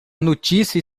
notícia